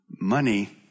money